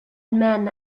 men